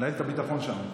מנהל את הביטחון שם.